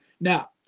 Now